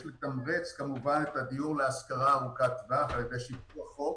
יש לתמרץ כמובן את הדיור להשכרה ארוכת טווח על ידי שיפור החוק,